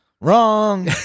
Wrong